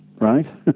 right